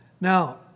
Now